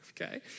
Okay